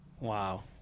Wow